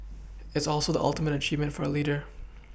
it's also the ultimate achievement for a leader